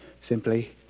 simply